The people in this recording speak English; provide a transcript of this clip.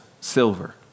silver